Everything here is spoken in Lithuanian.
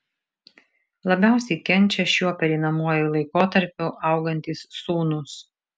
labiausiai kenčia šiuo pereinamuoju laikotarpiu augantys sūnūs